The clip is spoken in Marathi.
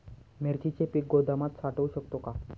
मिरचीचे पीक गोदामात साठवू शकतो का?